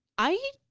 i